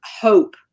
hope